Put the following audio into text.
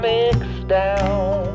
Mixdown